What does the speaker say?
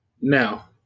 Now